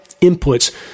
inputs